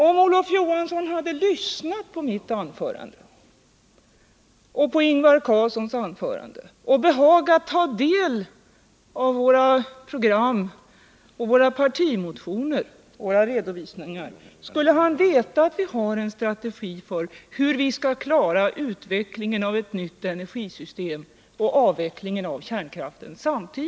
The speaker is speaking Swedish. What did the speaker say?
Om Olof Johansson hade lyssnat på mitt och Ingvar Carlssons anförande och behagat studera våra program, våra partimotioner och våra redovisningar, skulle han veta att vi har en strategi för hur samtidigt utvecklingen av ett nytt energisystem och avvecklingen av kärnkraften skall klaras.